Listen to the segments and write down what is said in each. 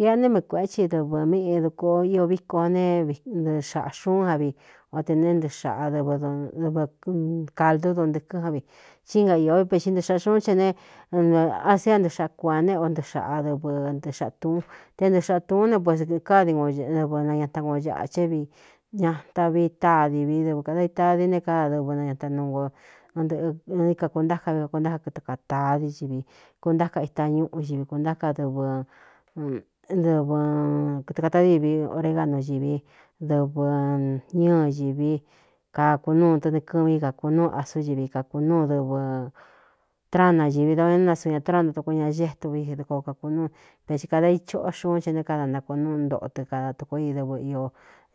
Ia né mii kuēꞌé tsi dɨvɨ míꞌi dko íō víko o ne ntɨɨ xāꞌa xuún vi o tē né é nxꞌaɨvɨcāldú dontɨ̄kɨ́ á vi tí ínga iō v pe xi ntɨxāꞌa xuún che ne asia ntɨxaꞌa ku a ne o ntɨɨ xaꞌa dɨvɨ ntɨɨxaꞌa tūún té ntɨɨ xāꞌ tūún né puis kádi gun dɨvɨ nañata kunō ñaꞌa cé vi ñata vi tádi vi dɨvɨ kāda ita dií ne káda dɨvɨ nañaanu ɨꞌni kaku ntáka vi kaku ntáka kɨtɨ kātaa di ivi kuntáka ita ñúꞌu ivi kūntáka dɨvɨ dɨvɨkɨɨkatadîvi oregánu ñiví dɨvɨ ñɨ ñīvi kakunuu tɨnɨkɨví i kāku núu asú ivi kakūnúu dɨvɨ trana ñivi da o ñaé nasɨɨ ñā tránta tuku ña gée tu vi dɨkoo kakūnúu ve i kāda ichóꞌó xuún che né kada nakuꞌon núu ntoꞌo tɨ kada tuko i dɨvɨ iō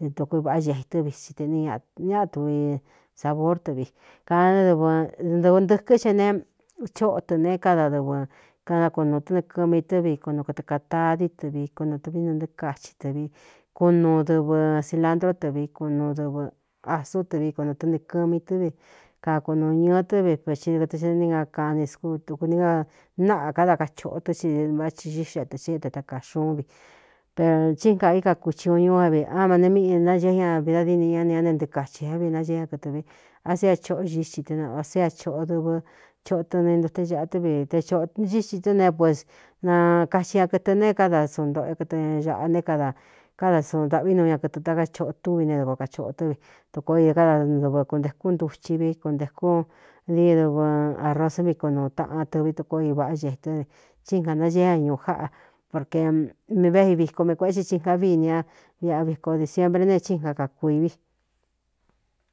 i tuko ivāꞌá gēetɨ́ vi site nññáꞌa tuvi sābór tɨ vi kāda dɨvɨ ntɨ̄kɨ́ che ne chóꞌo tɨ ne káda dɨvɨ kanakunūu tɨ́nɨkɨmi tɨ́ vi konuu kɨɨ kāta díí tɨ vi konu tɨvi nantɨɨkachi tɨ vi kuꞌun nuu dɨvɨ silandró tɨ vi kunu dɨvɨ asú tɨvikonu tɨnɨɨ̄kɨmi tɨ́ vi kakunūu ñɨɨ tɨ́ vi i dɨkɨtɨ é ni a kaani kudukuni a náꞌa káda kachoꞌo tɨ́n i vá thi xiꞌxi tā xéꞌe te takaa xuún vi pero tsín kāꞌvi kakuchi uun ñuú vi á ma ne míꞌinañēɨ ña vidadîni ña ni a ne ntɨɨkachī a vi nañéé ña kɨtɨ vi asia choꞌo ñíti tɨ neasa chōꞌo dɨvɨ choꞌo tɨ ni ntute ñaꞌa tɨ́ vi te ꞌcíti tɨ ne pues nakaxi ña kɨtɨ ne káda suun ntoꞌo é kɨtɨ ñāꞌa né kada káda suu ndaꞌví nuu ña kɨtɨ taka choꞌo túvi ne duka kachoꞌo tɨ́ vi dukoo i káda ndɨvɨ kuntēkú ntuchi vi kuntēkú dii dɨvɨ ārosó vikonuu taꞌan tɨvi tuko i vaꞌá gēetɨ́ vi cí ngānañéé ña ñuu jáꞌa porke mi véꞌi viko me kuēꞌe tsi ci ga vi ni a viꞌꞌa vi ko disiembre neé chín ka kākui vi.